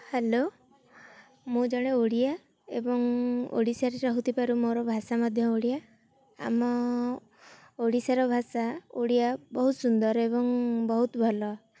hello ମୁଁ ଜଣେ ଓଡ଼ିଆ ଏବଂ ଓଡ଼ିଶାରେ ରହୁଥିବାରୁ ମୋର ଭାଷା ମଧ୍ୟ ଓଡ଼ିଆ ଆମ ଓଡ଼ିଶାର ଭାଷା ଓଡ଼ିଆ ବହୁତ ସୁନ୍ଦର ଏବଂ ବହୁତ ଭଲ